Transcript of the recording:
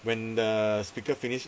when the speaker finish